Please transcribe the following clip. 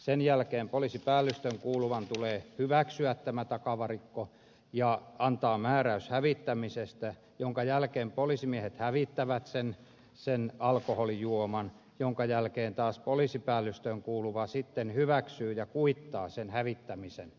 sen jälkeen poliisipäällystöön kuuluvan tulee hyväksyä tämä takavarikko ja antaa määräys hävittämisestä minkä jälkeen poliisimiehet hävittävät sen alkoholijuoman minkä jälkeen taas poliisipäällystöön kuuluva sitten hyväksyy ja kuittaa sen hävittämisen